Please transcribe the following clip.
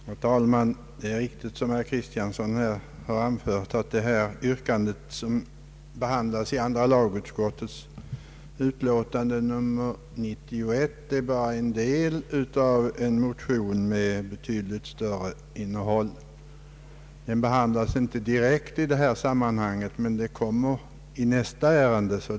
Herr talman! Det är riktigt som herr Kristiansson här anfört att andra lagutskottets utlåtande nr 91 endast behandlar en av de motioner som väckts angående åtgärder för att hjälpa den äldre arbetskraften. En motion med betydligt större innehåll behandlas näst efter detta ärende på föredragningslistan.